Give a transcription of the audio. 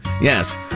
yes